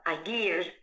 ideas